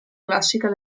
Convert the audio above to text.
classica